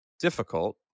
difficult